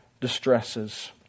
distresses